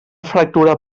fractura